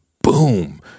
boom